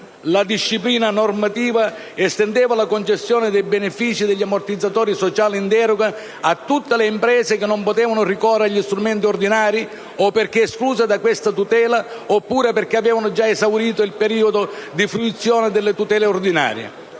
La disciplina normativa estendeva la concessione dei benefici degli ammortizzatori sociali in deroga a tutte le imprese che non potevano ricorrere agli strumenti ordinari, perché escluse da questa tutela, o perché avevano già esaurito il periodo di fruizione delle tutele ordinarie.